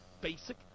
basic